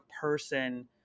person